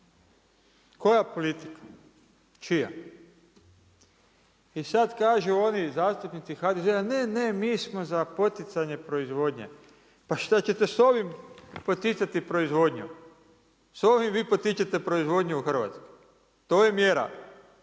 Koja politika? Čija? I sad kažu oni zastupnici HDZ-a, ne ne mi smo za poticanje proizvodnje. Pa šta ćete s ovim poticati proizvodnju? S ovim vi potičete proizvodnju u Hrvatskoj? To je mjera,